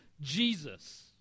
Jesus